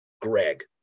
Greg